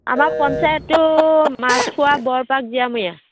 আমাৰ পঞ্চায়তটো মাছখোৱা বৰপাক জীয়ামূৰীয়া